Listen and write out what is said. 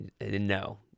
no